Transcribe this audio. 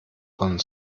von